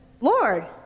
Lord